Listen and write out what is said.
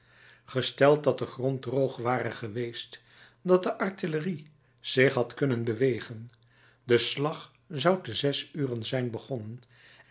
gesteld dat de grond droog ware geweest dat de artillerie zich had kunnen bewegen de slag zou te zes uren zijn begonnen